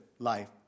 Life